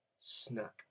snack